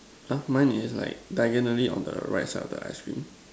!huh! mine is like diagonally on the right side of the ice cream